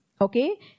okay